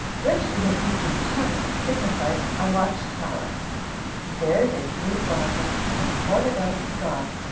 which, in the hebrew tongue, signifies a watch-tower there they drew water, and poured it out to god,